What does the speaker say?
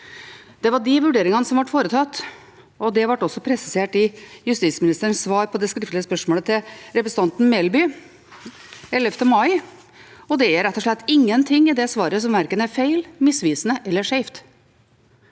Det var disse vurderingene som ble foretatt, og det ble også presisert i justisministerens svar på det skriftlige spørsmålet til representanten Melby 11. mai 2022. Det er rett og slett ingenting i det svaret som er feil, misvisende eller skjevt.